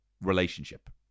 relationship